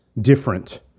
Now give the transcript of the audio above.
different